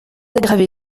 aggravez